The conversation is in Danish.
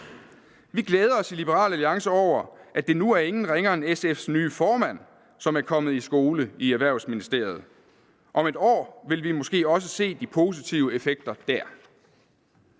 Vi glæder os i Liberal Alliance over, at det nu er ingen ringere end SF's nye formand, som er kommet i skole i Erhvervsministeriet. Om et år vil vi måske også se de positive effekter der.